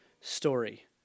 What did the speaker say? story